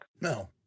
No